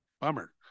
Bummer